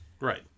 Right